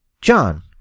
John